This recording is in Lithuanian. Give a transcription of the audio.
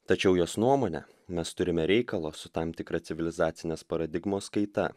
tačiau jos nuomone mes turime reikalą su tam tikra civilizacinės paradigmos kaita